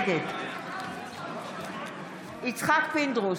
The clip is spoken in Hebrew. נגד יצחק פינדרוס,